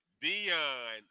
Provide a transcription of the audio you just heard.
Dion